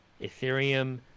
Ethereum